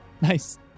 Nice